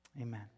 Amen